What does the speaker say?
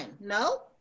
no